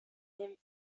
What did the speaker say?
infant